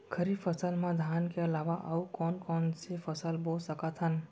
खरीफ फसल मा धान के अलावा अऊ कोन कोन से फसल बो सकत हन?